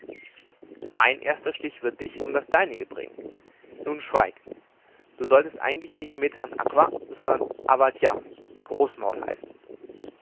mein erster stich wird dich um das deinige bringen nun schweig du solltest eigentlich nicht metan akva sondern avat ya heißen